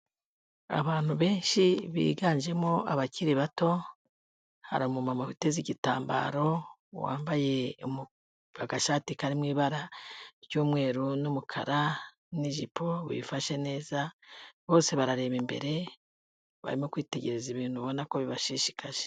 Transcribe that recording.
Abantu benshi biganjemo abakiri bato, hari umumama witeze igitambaro wambaye agashati kari mu ibara ry'umweru n'umukara n'ijipo wifashe neza, bose barareba imbere barimo kwitegereza ibintu ubona ko bibashishikaje.